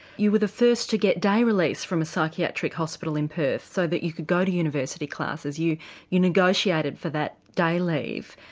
you were the first to get day release from a psychiatric hospital in perth so that you could go to university classes you you negotiated for that day leave.